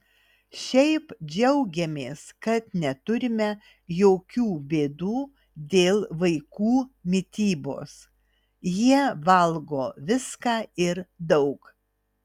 šiaip džiaugiamės kad neturime jokių bėdų dėl vaikų mitybos jie valgo viską ir daug